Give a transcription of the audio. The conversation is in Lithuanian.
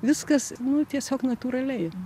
viskas nu tiesiog natūraliai